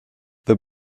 the